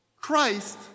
Christ